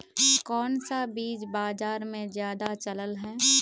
कोन सा बीज बाजार में ज्यादा चलल है?